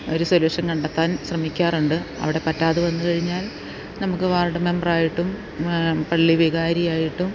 ഒരു സൊല്യൂഷൻ കണ്ടെത്താൻ ശ്രമിക്കാറുണ്ട് അവിടെ പറ്റാതെ വന്ന് കഴിഞ്ഞാൽ നമുക്ക് വാർഡ് മെമ്പറായിട്ടും പള്ളി വികാരിയായിട്ടും